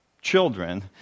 children